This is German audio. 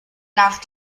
nach